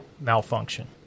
malfunction